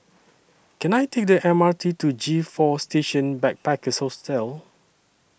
Can I Take The M R T to G four Station Backpackers Hostel